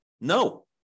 No